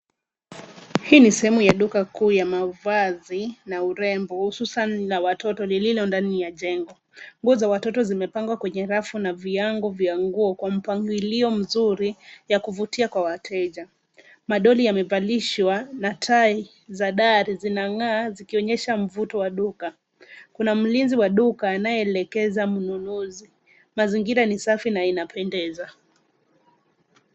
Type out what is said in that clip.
Hii ni sehemu duka kuu ya mavazi na urembo hususan za watoto lililo ndani ya jengo. Nguo za watoto zimepangwa kwenye rafu na viango vya nguo kwa mpangilio mzuri ya kuvutia kwa wateja. Madoli yamevalishwa na tai za dari zinazong'aa zikionyesha mvuto wa duka. Kuna mlinzi wa duka anayeelekeza mnunuzi. Mazingira ni safi na inapendeza.